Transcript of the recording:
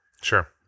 Sure